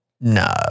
No